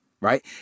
right